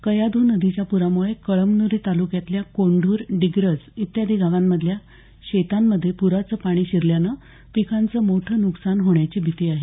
कयाधू नदीच्या पुरामुळे कळमनुरी तालुक्यातल्या कोंद्वर डिग्रस इत्यादी गावांमधल्या शेतांमध्ये पुराचं पाणी शिरल्यानं पिकांचं मोठं नुकसान होण्याची भीती आहे